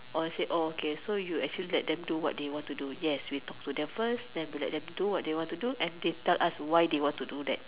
all said oh okay so you actually let them what they want to do yes we talk to them first then we let them do what they want to do and they tell us why they want to do that